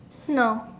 no